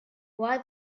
why